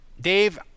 dave